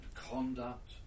conduct